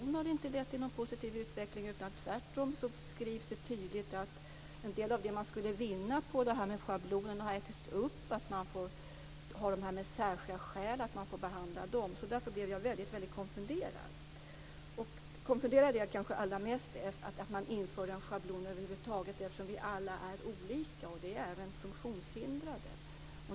Det har inte lett till någon positiv utveckling för försäkringskassans administration. Det beskrivs tvärtom tydligt att en del av det man skulle vinna på detta med schablonen har ätits upp genom att man får behandla dem som har särskilda skäl. Därför blev jag väldigt konfunderad. Jag är kanske allra mest konfunderad över att man inför en schablon över huvud taget, eftersom vi alla är olika. Och det är även funktionshindrade.